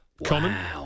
Common